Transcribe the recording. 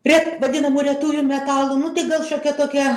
ret vadinamų retųjų metalų nu tai gal šiokia tokia